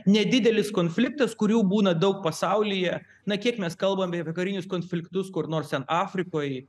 nedidelis konfliktas kurių būna daug pasaulyje na kiek mes kalbame apie karinius konfliktus kur nors ten afrikoj